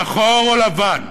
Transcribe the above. שחור או לבן,